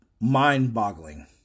mind-boggling